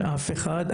אף אחד.